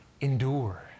endure